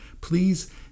Please